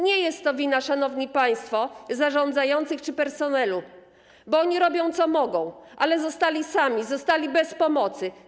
Nie jest to wina, szanowni państwo, zarządzających czy personelu, bo oni robią, co mogą, ale zostali sami, zostali bez pomocy.